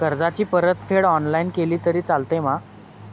कर्जाची परतफेड ऑनलाइन केली तरी चलता मा?